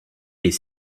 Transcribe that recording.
est